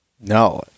No